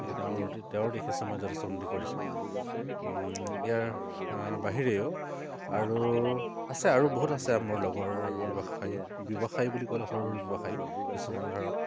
গতিকে তেওঁৰ উন্নতি তেওঁৰ দেখিছোঁ মই যথেষ্ট উন্নতি কৰিছে ইয়াৰ বাহিৰেও আৰু আছে আৰু বহুত আছে মোৰ লগৰ ব্যৱসায়ী ব্যৱসায়ী বুলি ক'লে সৰু সৰু ব্যৱসায়ী কিছুমানে ধৰক